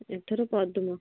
ଏଥର ପଦ୍ମ